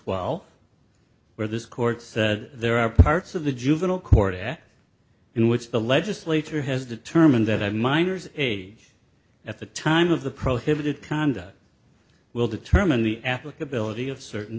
twelve where this court said there are parts of the juvenile court that in which the legislature has determined that of minors age at the time of the prohibited conduct will determine the applicability of certain